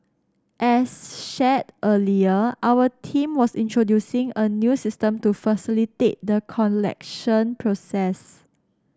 as shared earlier our team was introducing a new system to facilitate the collection process